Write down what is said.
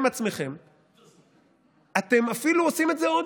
אנחנו נמצאים עכשיו בדיון על